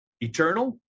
eternal